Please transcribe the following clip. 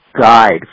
guide